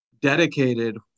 dedicated